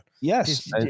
yes